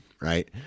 right